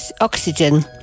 oxygen